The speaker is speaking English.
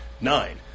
nine